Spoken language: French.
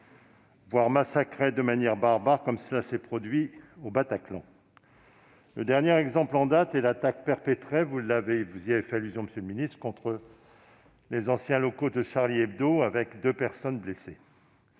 voire massacrées de manière barbare, comme cela s'est produit au Bataclan. Le dernier exemple en date est l'attaque perpétrée- vous y avez fait allusion, monsieur le ministre -contre les anciens locaux de, à la suite de laquelle deux personnes ont été